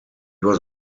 was